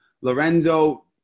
Lorenzo